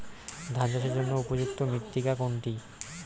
ধান চাষের জন্য উপযুক্ত মৃত্তিকা কোনটি?